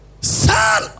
Son